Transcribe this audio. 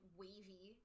wavy